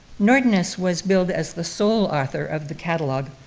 nordness was billed as the sole author of the catalogue,